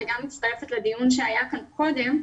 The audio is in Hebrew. וגם מצטרפת לדיון שהיה כאן קודם.